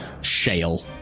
shale